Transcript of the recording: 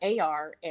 AR